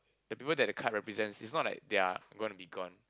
the people that the card represents it's not like they're gonna be gone